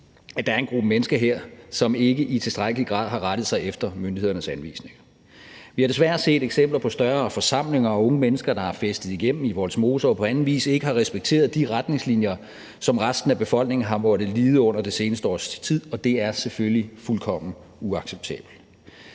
at der er en gruppe mennesker her, som ikke i tilstrækkelig grad har rettet sig efter myndighedernes anvisninger. Vi har desværre set eksempler på større forsamlinger af unge mennesker, der har festet igennem i Vollsmose, og som på anden vis ikke har respekteret de retningslinjer, som resten af befolkningen har måttet lide under det seneste års tid, og det er selvfølgelig fuldkommen uacceptabelt.